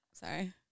sorry